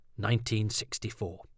1964